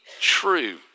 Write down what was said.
true